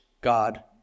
God